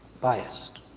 Biased